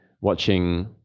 watching